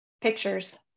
pictures